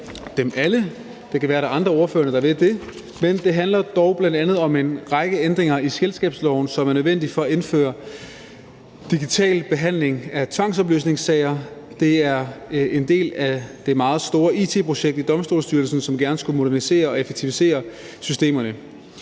dem alle; det kan være, at der er andre af ordførerne, der vil det. Men det handler dog bl.a. om en række ændringer i selskabsloven, som er nødvendige for at indføre digital behandling af tvangsopløsningssager. Det er en del af det meget store it-projekt i Domstolsstyrelsen, som gerne skulle modernisere og effektivisere systemerne.